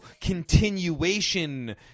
continuation